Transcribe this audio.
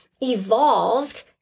evolved